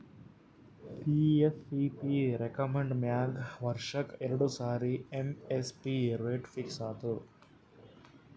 CACP recommend ಮ್ಯಾಗ್ ವರ್ಷಕ್ಕ್ ಎರಡು ಸಾರಿ ಎಮ್.ಎಸ್.ಪಿ ರೇಟ್ ಫಿಕ್ಸ್ ಆತದ್